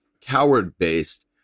coward-based